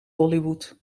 hollywood